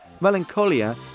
Melancholia